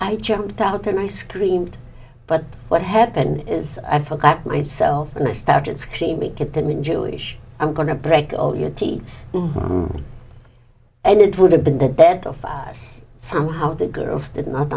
i jumped out and i screamed but what happened is i forgot myself and i started screaming at them in jewish i'm going to break all your deeds and it would have been the dead of us somehow the girls didn't